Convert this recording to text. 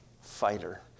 fighter